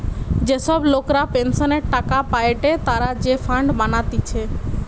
যে সব লোকরা পেনসনের টাকা পায়েটে তারা যে ফান্ড বানাতিছে